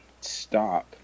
stop